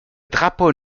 drapeau